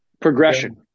progression